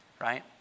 right